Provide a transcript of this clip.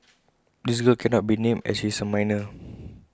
this girl cannot be named as she is A minor